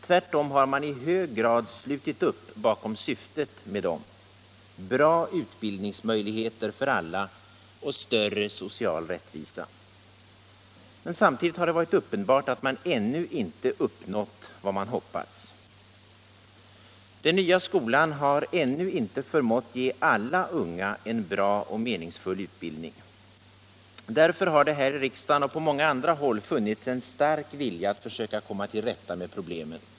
Tvärtom har man i hög grad slutit upp bakom syftet med dem: bra utbildningsmöjligheter för alla och större social rättvisa. Men samtidigt har det varit uppenbart att man ännu inte uppnått vad man hoppats. Den ”nya” skolan har ännu inte förmått ge alla unga en bra och meningsfull utbildning. Därför har det här i riksdagen och på många andra håll funnits en stark vilja att försöka komma till rätta med problemen.